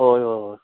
ꯍꯣꯏ ꯍꯣꯏ